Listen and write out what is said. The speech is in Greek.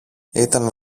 ήταν